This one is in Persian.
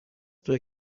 توئه